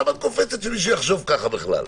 למה את קופצת שמישהו יחשוב ככה בכלל?